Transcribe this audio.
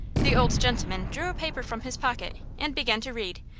the old gentleman drew a paper from his pocket, and began to read,